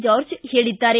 George ಹೇಳಿದ್ದಾರೆ